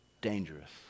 Dangerous